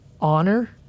honor